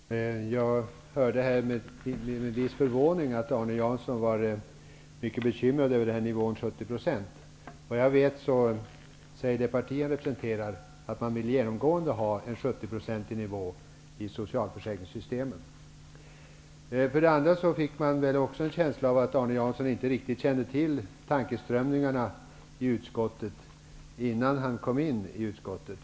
Herr talman! Jag hörde här med en viss förvåning att Arne Jansson var mycket bekymrad över nivån 70 %. Vad jag vet säger det parti han representerar att man genomgående vill ha en 70-procentig nivå i socialförsäkringssystemet. Vidare fick man också en känsla av att Arne Jansson inte riktigt kände till tankeströmningarna i utskottet innan han kom in där.